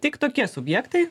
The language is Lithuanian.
tik tokie subjektai